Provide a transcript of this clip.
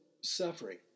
suffering